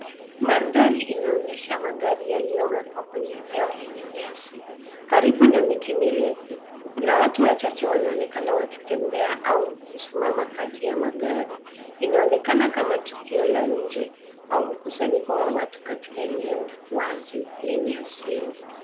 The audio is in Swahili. Mandhari inaonyesha magari yaliyowekwa kwenye eneo lenye nyasi karibu na miti mirefu. Kuna watu wachache wanaonekana wakitembea au kusimama kati ya magari. Inaonekana kama tukio la nje au mkusanyiko wa watu katika eneo wazi lenye asili.